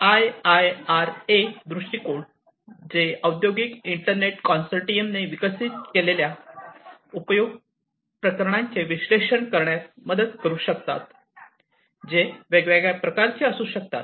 IIRA दृष्टीकोन जे औद्योगिक इंटरनेट कन्सोर्टियमने विकसित केलेल्या उपयोग प्रकरणांचे विश्लेषण करण्यात मदत करू शकतात जे वेगवेगळ्या प्रकारचे असू शकतात